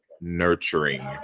nurturing